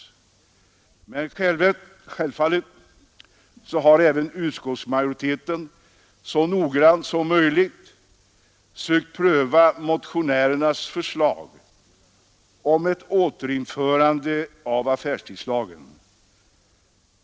Självfallet har dock utskottsmajoriteten så noggrant som möjligt sökt pröva motionärernas förslag om ett återinförande av affärstidslagen.